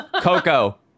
Coco